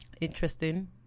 interesting